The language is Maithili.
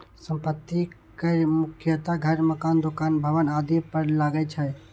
संपत्ति कर मुख्यतः घर, मकान, दुकान, भवन आदि पर लागै छै